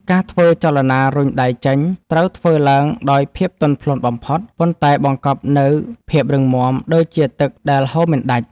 ការធ្វើចលនា រុញដៃចេញ ត្រូវធ្វើឡើងដោយភាពទន់ភ្លន់បំផុត ប៉ុន្តែបង្កប់នូវភាពរឹងមាំដូចជាទឹកដែលហូរមិនដាច់។